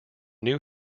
new